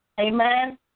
Amen